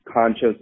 conscious